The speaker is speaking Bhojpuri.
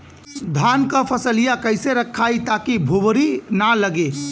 धान क फसलिया कईसे रखाई ताकि भुवरी न लगे?